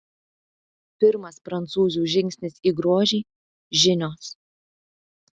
pirmas prancūzių žingsnis į grožį žinios